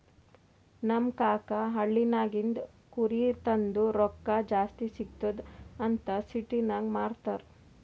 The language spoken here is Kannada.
ನಮ್ ಕಾಕಾ ಹಳ್ಳಿನಾಗಿಂದ್ ಕುರಿ ತಂದು ರೊಕ್ಕಾ ಜಾಸ್ತಿ ಸಿಗ್ತುದ್ ಅಂತ್ ಸಿಟಿನಾಗ್ ಮಾರ್ತಾರ್